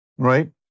right